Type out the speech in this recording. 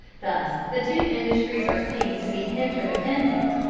thus the two industries are seen to be inter-dependent,